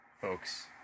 folks